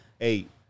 Eight